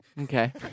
Okay